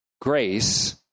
grace